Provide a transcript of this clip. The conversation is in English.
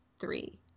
three